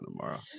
tomorrow